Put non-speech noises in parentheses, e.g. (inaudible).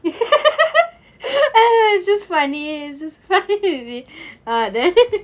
(laughs) eh it's funny it's just funny (laughs) ah then